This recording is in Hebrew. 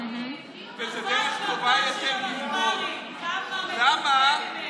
היא לא תוכל לצעוק כמו שהיא צועקת כבר לא יהיה לה למה להתנגד,